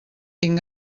tinc